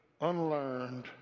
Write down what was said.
unlearned